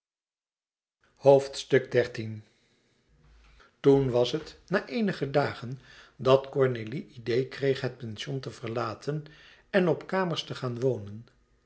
toen was het na eenige dagen dat cornélie idee kreeg het pension te verlaten en op kamers te gaan wonen